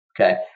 Okay